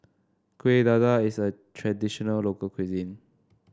Kueh Dadar is a traditional local cuisine